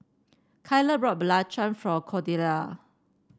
Kyler brought belacan for Cordella